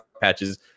patches